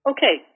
Okay